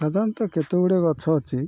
ସାଧାରଣତଃ କେତେ ଗୁଡ଼ିଏ ଗଛ ଅଛି